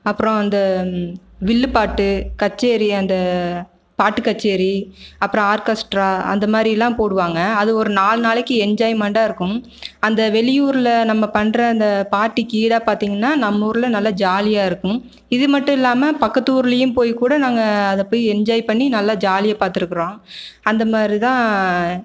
அப்புறம் அந்த வில்லுப்பாட்டு கச்சேரி அந்த பாட்டுக்கச்சேரி அப்புறம் ஆர்கெஸ்ட்ரா அந்த மாதிரிலாம் போடுவாங்க அது ஒரு நாலு நாளைக்கு என்ஜாய்மெண்ட்டாக இருக்கும் அந்த வெளியூரில் நம்ம பண்ணுற அந்த பார்ட்டிக்கு ஈடாக பார்த்திங்கன்னா நம்ம ஊரில் நல்லா ஜாலியாக இருக்கும் இது மட்டும் இல்லாமல் பக்கத்து ஊருலையும் போய்க்கூட நாங்கள் அத போய் என்ஜாய் பண்ணி நல்லா ஜாலியாக பார்த்துருக்குறோம் அந்த மாரி தான்